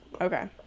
Okay